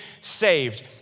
saved